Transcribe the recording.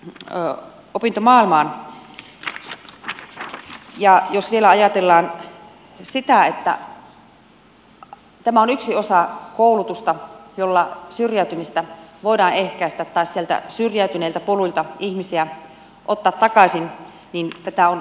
ja jos vielä ajatellaan sitä että tämä on yksi osa koulutusta jolla syrjäytymistä voidaan ehkäistä tai sieltä syrjäytyneiltä poluilta ihmisiä ottaa takaisin pilkettä on